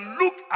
look